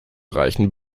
reichen